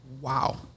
wow